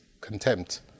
contempt